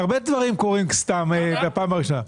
הרבה דברים קורים בפעם הראשונה.